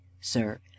sir